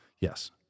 Yes